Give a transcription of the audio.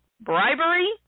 bribery